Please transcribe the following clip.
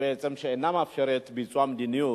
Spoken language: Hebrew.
שאינה מאפשרת ביצוע מדיניות,